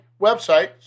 website